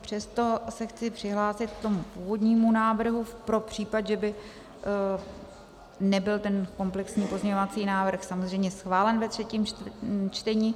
Přesto se chci přihlásit k tomu původnímu návrhu pro případ, že by nebyl ten komplexní pozměňovací návrh samozřejmě schválen ve třetím čtení.